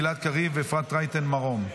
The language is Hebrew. גלעד קריב ואפרת רייטן מרום.